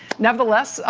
nevertheless,